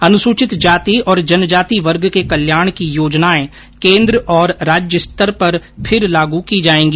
अनुसूचित जाति और जनजाति वर्ग के कल्याण की योजनाए केन्द्र और राज्य स्तर पर फिर लागू की जाएगी